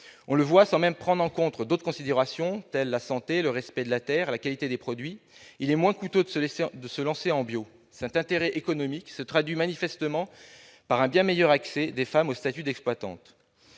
On le voit, sans même prendre en compte d'autres considérations telles que la santé, le respect de la terre ou la qualité des produits, il est moins coûteux de se lancer en bio. Cet intérêt économique se traduit manifestement par un bien meilleur accès des femmes au statut d'exploitante.